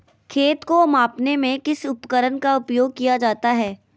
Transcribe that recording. खेत को मापने में किस उपकरण का उपयोग किया जाता है?